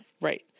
Right